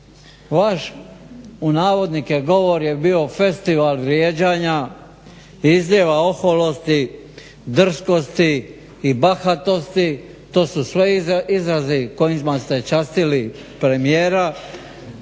Vaš "govor" je bio festival vrijeđanja, izlijeva oholosti, drskosti i bahatosti to su sve izrazi s kojima ste častili premijera.